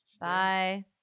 bye